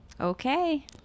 Okay